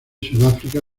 sudáfrica